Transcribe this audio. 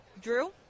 Drew